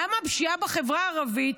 למה הפשיעה בחברה הערבית,